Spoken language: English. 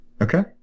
okay